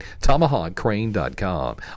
Tomahawkcrane.com